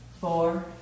four